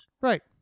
Right